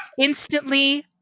Instantly